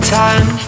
time